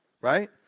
right